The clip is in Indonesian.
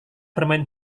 bermain